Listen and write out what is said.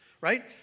Right